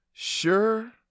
Sure